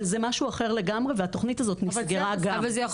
זה משהו אחר לגמרי, והתוכנית הזאת מסדירה גם.